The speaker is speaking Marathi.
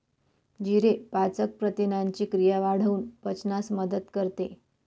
जिरे पाचक प्रथिनांची क्रिया वाढवून पचनास मदत करते